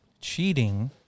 Cheating